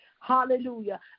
Hallelujah